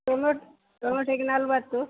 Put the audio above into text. ಟೊಮೊ ಟೊಮೊಟೊಗೆ ನಲ್ವತ್ತು